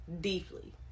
Deeply